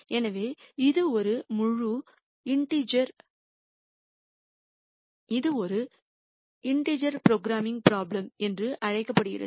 எனவே இது ஒரு முழு ப்ரோக்ராமிங் ப்ரோப்லேம் என்று அழைக்கப்படுகிறது